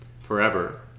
forever